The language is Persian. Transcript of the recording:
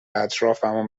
اطرافمو